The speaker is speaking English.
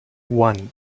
one